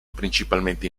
principalmente